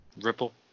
ripple